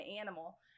animal